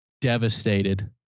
devastated